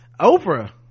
oprah